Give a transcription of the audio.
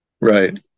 Right